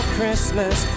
Christmas